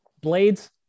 blades